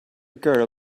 girl